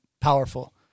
powerful